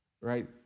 Right